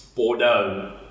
Bordeaux